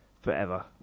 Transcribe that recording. forever